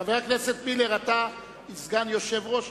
חבר הכנסת מילר, אתה סגן יושב-ראש.